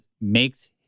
makes